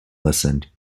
listened